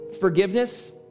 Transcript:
forgiveness